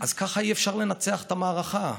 ככה אי-אפשר לנצח במערכה,